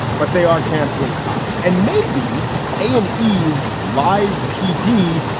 but they are canceling cops and maybe a and e's live pd,